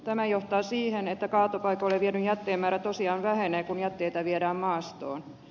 tämä johtaa siihen että kaatopaikoille viedyn jätteen määrä tosiaan vähenee kun jätteitä viedään maastoon